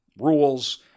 rules